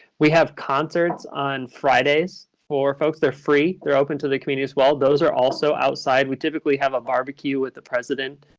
we have concerts on fridays for folks. they're free. they're open to the community as well. those are also outside. we typically have a barbecue with the president.